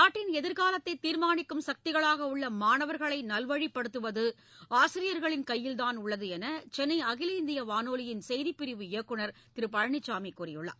நாட்டின் எதிர்காலத்தை தீர்மானிக்கும் சக்திகளாக உள்ள மாணவர்களை நல்வழிபடுத்துவது ஆசியர்களின் கையில்தான் உள்ளது என சென்னை அகில இந்திய வானொலியின் செய்திப்பிரிவு இயக்குநர் திரு பழனிசாமி கூறியுள்ளார்